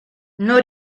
non